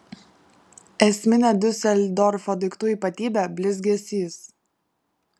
esminė diuseldorfo daiktų ypatybė blizgesys